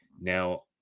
Now